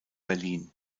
berlin